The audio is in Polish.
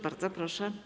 Bardzo proszę.